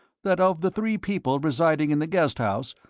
that of the three people residing in the guest house,